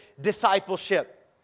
discipleship